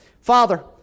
Father